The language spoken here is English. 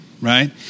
right